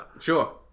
Sure